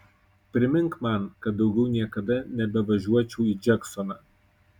primink man kad daugiau niekada nebevažiuočiau į džeksoną